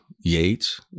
Yates